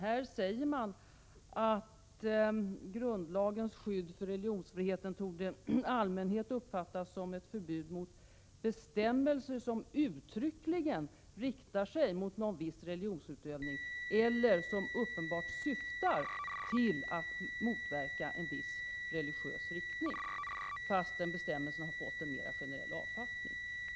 Här säger man att grundlagens skydd för religionsfriheten i allmänhet torde uppfattas som ett förbud mot bestämmelser som uttryckligen riktar sig mot någon viss religionsutövning eller som uppenbart syftar till att motverka en viss religiös riktning, detta fastän bestämmelserna har fått en mera generell avfattning.